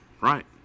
Right